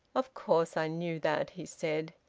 of course i knew that, he said.